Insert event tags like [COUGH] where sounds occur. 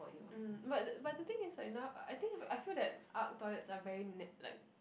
mm but [NOISE] but the thing is like now I think I I feel that Arc toilets are very na~ like